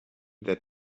that